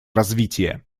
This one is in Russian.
развития